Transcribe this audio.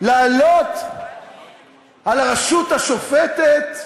לעלות על הרשות השופטת?